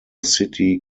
city